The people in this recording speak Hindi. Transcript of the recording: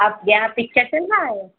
यहाँ पर क्या चल रहा है